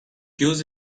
queues